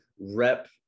rep